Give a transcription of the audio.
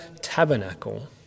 tabernacle